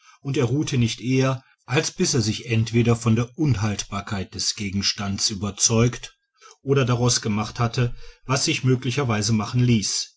und er ruhte nicht eher als bis er sich entweder von der unhaltbarkeit des gegenstandes überzeugt oder daraus gemacht hatte was sich möglicherweise machen ließ